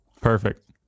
Perfect